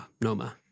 Noma